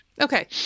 Okay